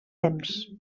temps